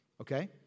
Okay